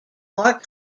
more